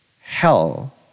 Hell